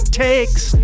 takes